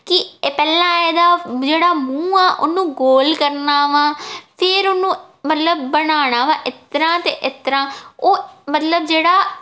ਕਿ ਪਹਿਲਾਂ ਇਹਦਾ ਜਿਹੜਾ ਮੂੰਹ ਆ ਉਹਨੂੰ ਗੋਲ ਕਰਨਾ ਵਾ ਫਿਰ ਉਹਨੂੰ ਮਤਲਬ ਬਣਾਉਣਾ ਵਾ ਇਸ ਤਰ੍ਹਾਂ ਅਤੇ ਇਸ ਤਰ੍ਹਾਂ ਉਹ ਮਤਲਬ ਜਿਹੜਾ